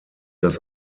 das